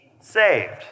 saved